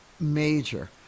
major